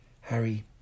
Harry